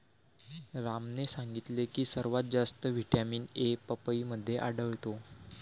रामने सांगितले की सर्वात जास्त व्हिटॅमिन ए पपईमध्ये आढळतो